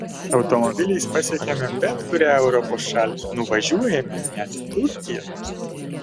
automobiliais pasiekiame bet kurią europos šalį nuvažiuojame net į turkiją